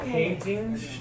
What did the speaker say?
paintings